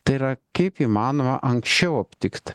tai yra kaip įmanoma anksčiau aptikt